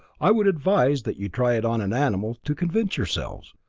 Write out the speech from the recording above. i would advise that you try it on an animal to convince yourselves.